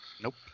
Nope